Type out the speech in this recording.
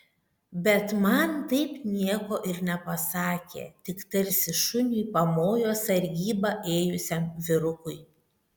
bet man taip nieko ir nepasakė tik tarsi šuniui pamojo sargybą ėjusiam vyrukui